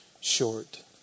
short